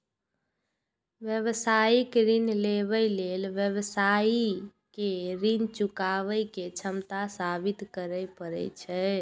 व्यावसायिक ऋण लेबय लेल व्यवसायी कें ऋण चुकाबै के क्षमता साबित करय पड़ै छै